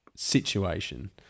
situation